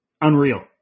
Unreal